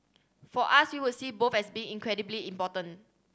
for us we would see both as being incredibly important